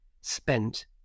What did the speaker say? spent